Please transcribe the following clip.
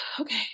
okay